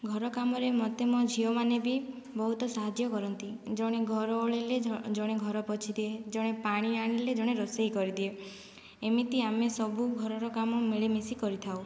ଘର କାମରେ ମୋତେ ମୋ ଝିଅମାନେ ବି ବହୁତ ସାହାଯ୍ୟ କରନ୍ତି ଜଣେ ଘର ଓଳାଇଲେ ଜଣେ ଘର ପୋଛିଦିଏ ଜଣେ ପାଣି ଆଣିଲେ ଜଣେ ରୋଷେଇ କରିଦିଏ ଏମିତି ଆମେ ସବୁ ଘରର କାମ ମିଳିମିଶି କରିଥାଉ